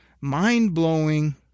mind-blowing